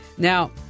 Now